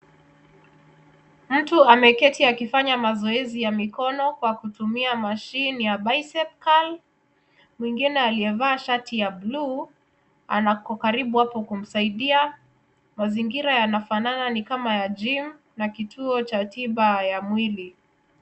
Mtu ameketi akifanya mazoezi ya mikono kwa kutumia mashini ya Bicep Carl. Mwingine aliyevaa shati ya buluu ako karibu hapo kumsaidia. Mazingira yanafanana ni kama ya jim na kituo cha jiba ya mwili.